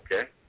okay